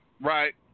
Right